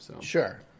Sure